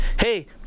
hey